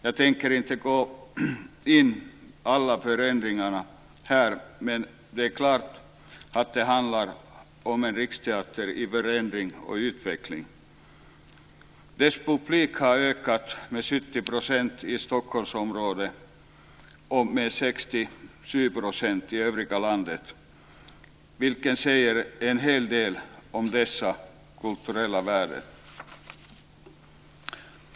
Jag tänker inte gå in på alla förändringar här men det är klart att det handlar om en riksteater i förändring och utveckling. Riksteaterns publik har ökat med 70 % i Stockholmsområdet och med 67 % i övriga landet, vilket säger en hel del om dessa kulturella värden.